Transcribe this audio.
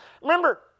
Remember